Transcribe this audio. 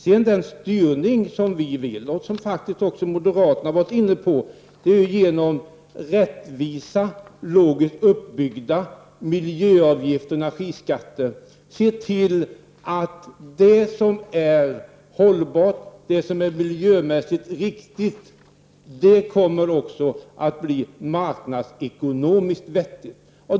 Den styrning som vi vill ha, och som faktiskt även moderaterna har varit inne på, innebär att vi genom rättvisa, logiskt uppbyggda miljöavgifter och energiskatter vill se till att det som är hållbart och miljömässigt riktigt också kommer att bli marknadsekonomiskt vettigt.